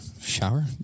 Shower